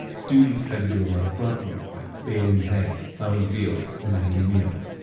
students had to do a lot of grunt work like bailing hay, plowing fields and making meals,